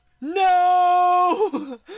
no